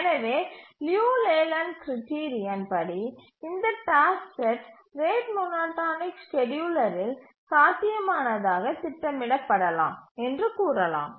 எனவே Liu Layland criterion படி இந்த டாஸ்க் செட் ரேட் மோனோடோனிக் ஸ்கேட்யூலரில் சாத்தியமானதாக திட்டமிடப்படலாம் என்று கூறலாம்